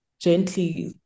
gently